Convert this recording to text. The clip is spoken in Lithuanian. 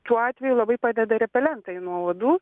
tuo atveju labai padeda repelentai nuo uodų